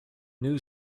new